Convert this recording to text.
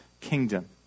kingdom